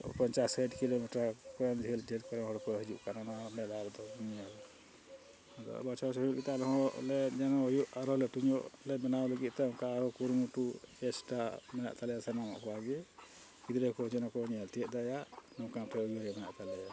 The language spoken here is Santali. ᱯᱚᱧᱪᱟᱥ ᱥᱟᱴ ᱠᱤᱞᱳᱢᱤᱴᱟᱨ ᱠᱚᱨᱮ ᱡᱷᱟᱹᱞ ᱡᱷᱟᱹᱞ ᱠᱚᱨᱮᱱ ᱦᱚᱲ ᱠᱚ ᱦᱤᱡᱩᱜ ᱠᱟᱱᱟ ᱱᱚᱣᱟ ᱢᱮᱞᱟᱨᱮ ᱫᱚ ᱧᱮᱞ ᱟᱫᱚ ᱵᱚᱪᱷᱚᱨ ᱵᱚᱪᱷᱚᱨ ᱦᱩᱭᱩᱜ ᱜᱮᱛᱮ ᱟᱞᱮ ᱦᱚᱸ ᱞᱮ ᱡᱮᱱᱚ ᱦᱩᱭᱩᱜ ᱟᱨᱚ ᱞᱟᱹᱴᱩ ᱧᱚᱜ ᱞᱮ ᱵᱮᱱᱟᱣ ᱞᱟᱹᱜᱤᱫ ᱛᱮ ᱚᱱᱠᱟ ᱟᱨᱦᱚᱸ ᱠᱩᱨᱩᱢᱩᱴᱩ ᱪᱮᱥᱴᱟ ᱢᱮᱱᱟᱜ ᱛᱟᱞᱮᱭᱟ ᱥᱟᱱᱟᱢ ᱠᱚᱣᱟ ᱜᱮ ᱜᱤᱫᱽᱨᱟᱹ ᱠᱚ ᱡᱮᱱᱚ ᱠᱚ ᱧᱮᱞ ᱛᱤᱭᱟᱹᱜ ᱫᱟᱲᱮᱭᱟᱜᱼᱟ ᱱᱚᱝᱠᱟ ᱢᱤᱫᱴᱟᱱ ᱩᱭᱦᱟᱹᱨ ᱨᱮ ᱢᱮᱱᱟᱜ ᱛᱟᱞᱮᱭᱟ